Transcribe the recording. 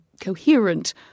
coherent